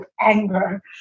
anger